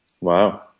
Wow